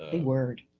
ah word.